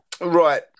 Right